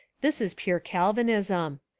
this was pure calvinism.